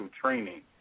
training